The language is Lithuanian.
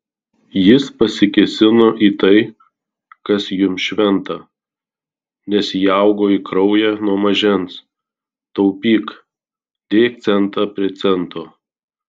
jis pasikėsino į tai kas jums šventa nes įaugo į kraują nuo mažens taupyk dėk centą prie cento